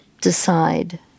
decide